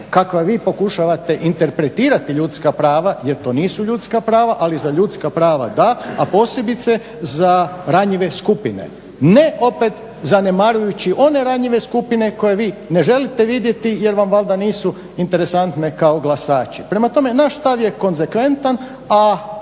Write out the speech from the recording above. kakva vi pokušavate interpretirati ljudska prava jer to nisu ljudska prava, ali za ljudska prava da, a posebice za ranjive skupine. Ne opet zanemarujući one ranjive skupine koje vi ne želite vidjeti jel vam valjda nisu interesantne kao glasači. Prema tome, naš stav je konsekventan a